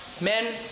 men